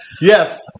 Yes